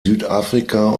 südafrika